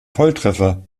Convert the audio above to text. volltreffer